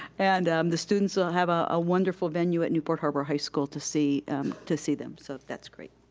and the students will have a wonderful venue at newport-harbor high school to see to see them. so that's great.